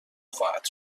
خواهد